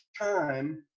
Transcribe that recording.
time